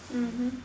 mmhmm